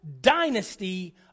dynasty